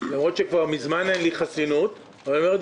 למרות שכבר מזמן אין לי חסינות אבל אני אומר את